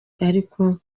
ariko